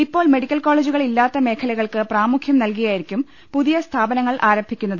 ഇപ്പോൾ മെഡിക്കൽ കോളേജുകൾ ഇല്ലാത്ത മേഖലകൾക്ക് പ്രാമുഖ്യം നൽകി യായിരിക്കും പുതിയ സ്ഥാപനങ്ങൾ ആരംഭിക്കുന്നത്